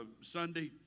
Sunday